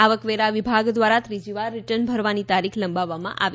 આવકવેરા વિભાગ દ્વારા ત્રીજીવાર રીટર્ન ભરવાની તારીખ લંબાવવામાં આવી છે